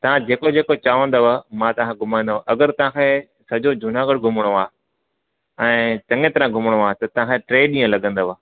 तव्हां जेको जेको चवंदव मां तव्हांखे घुमाईंदव अगरि तव्हांखे सॼो जूनागढ़ घुमणो आहे ऐं चङे तरह घुमणो आहे त तव्हांखे टे ॾींहं लॻंदव